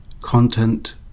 content